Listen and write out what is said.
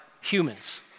humans